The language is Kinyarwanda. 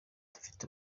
dufite